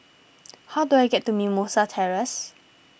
how do I get to Mimosa Terrace